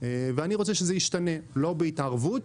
ואני רוצה שזה ישתנה לא בהתערבות,